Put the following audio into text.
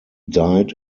died